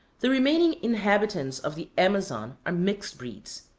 the remaining inhabitants of the amazon are mixed-breeds,